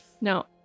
No